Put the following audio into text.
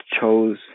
chose